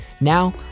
Now